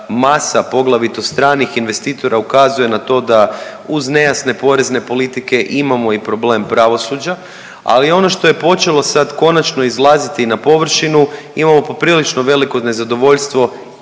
masa poglavito stranih investitora ukazuje na to da uz nejasne porezne politike imamo i problem pravosuđa, ali ono što je počelo sad konačno izlaziti na površinu imamo poprilično veliko nezadovoljstvo